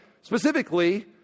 specifically